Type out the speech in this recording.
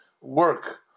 work